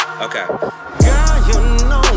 Okay